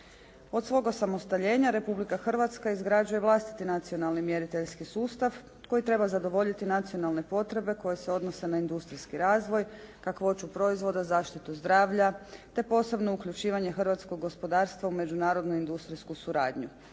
Od svog osamostaljenja Republika Hrvatska izgrađuje vlastiti nacionalni mjeriteljski sustav koji treba zadovoljiti nacionalne potrebe koje se odnose na industrijski razvoj, kakvoću proizvoda, zaštitu zdravlja, te posebno uključivanje hrvatskog gospodarstva u međunarodnu industrijsku suradnju,